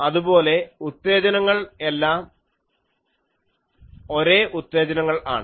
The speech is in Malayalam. അതുപോലെ എല്ലാ ഉത്തേജനങ്ങളും സമാനരീതിയിലുള്ള ഉത്തേജനങ്ങളാണ്